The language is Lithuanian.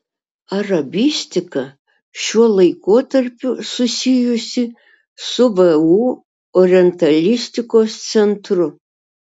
arabistika šiuo laikotarpiu susijusi su vu orientalistikos centru